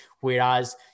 whereas